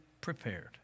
prepared